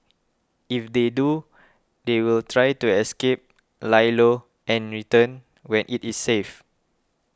if they do they will try to escape lie low and return when it is safe